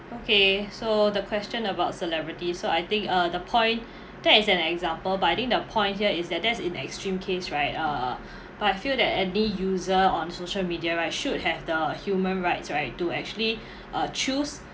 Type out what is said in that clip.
okay so the question about celebrity so I think uh the point that is an example but I think the point here is that that's in extreme case right uh but I feel that any user on social media right should have the human rights right to actually uh choose